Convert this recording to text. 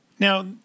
Now